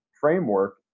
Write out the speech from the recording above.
framework